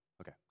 Okay